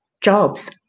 jobs